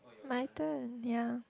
my turn ya